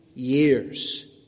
years